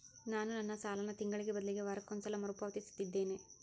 ನಾನು ನನ್ನ ಸಾಲನ ತಿಂಗಳಿಗೆ ಬದಲಿಗೆ ವಾರಕ್ಕೊಂದು ಸಲ ಮರುಪಾವತಿಸುತ್ತಿದ್ದೇನೆ